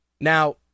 Now